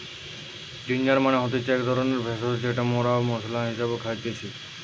ginger মানে হতিছে একটো ধরণের ভেষজ যেটা মরা মশলা হিসেবে খাইতেছি